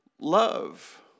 love